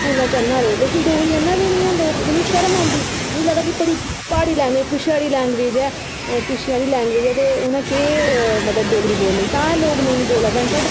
स्कूले च आह्ना दे लेकिन डोगरी आह्ना दे निं हैन इनें दी शर्म आंदी उन्हे लगदा बड़ी पहाड़ी लैंग्वेज पिछड़ी लैंग्वेज ऐ पीछे आह्ली लैंग्वेज ऐ ते उनें केह् मतलब डोगरी बोलनी तां ऐ लोग नेईं बोला दे न बट